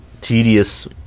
tedious